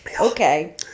okay